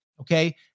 okay